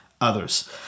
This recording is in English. others